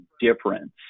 difference